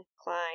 Klein